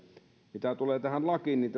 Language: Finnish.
mitä tulee tähän lakiin niin